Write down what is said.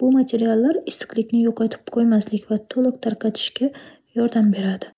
Bu materiallar issiqlik yo'qotib qo'ymaslik va to'liq tarqatishga yordam beradi.